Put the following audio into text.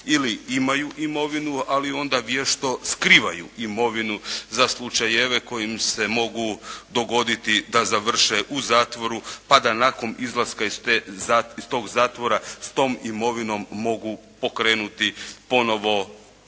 ili imaju imovinu, ali onda vješto skrivaju imovinu za slučajeve koji im se mogu dogoditi da završe u zatvoru, pa da nakon izlaska iz tog zatvora s tom imovinom mogu pokrenuti ponovo